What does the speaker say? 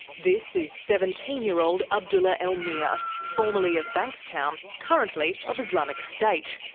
this is seventeen year old abdullah elmir, formerly of bankstown, currently of islamic state.